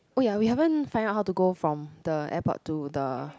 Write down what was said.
oh ya we haven't find out how to go from the airport to the